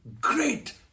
great